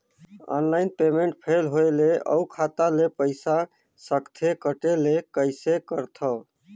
Online payment fail होय ले अउ खाता ले पईसा सकथे कटे ले कइसे करथव?